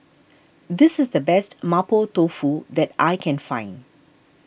this is the best Mapo Tofu that I can find